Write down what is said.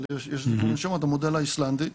אבל יש לזה שם המודל האיסלנדי,